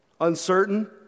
uncertain